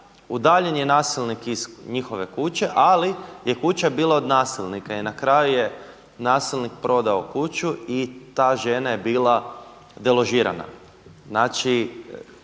udaljen je nasilnik iz njihove kuće, ali je kuća bila od nasilnika. I na kraju je nasilnik prodao kući i ta žena je bila deložirana. Znači